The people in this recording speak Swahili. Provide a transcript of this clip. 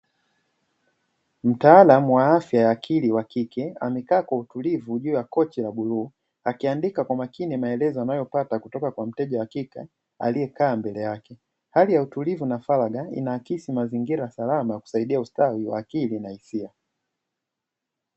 Mtaalamu wa afya akili wa kike amekaa kwa utulivu juu ya kochi la bluu akiandika kwa makini maelezo anayopata kutoka kwa mteja wa kike aliyekaa mbele yake. Hali ya utulivu na faragha inaakisi mazingira salama kusaidia ustawi wa akili na hisia.